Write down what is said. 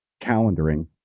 calendaring